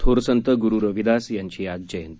थोर संत गरु रविदास यांची आज जयंती